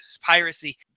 piracy